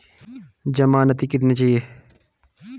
ज़मानती कितने चाहिये?